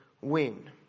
win